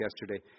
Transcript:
yesterday